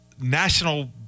national